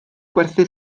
gwerthu